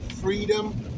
freedom